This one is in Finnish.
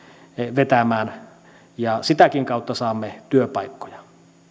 vetämään ja sitäkin kautta saamme työpaikkoja